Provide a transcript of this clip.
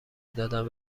دادن